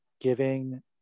giving